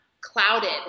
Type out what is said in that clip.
clouded